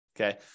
okay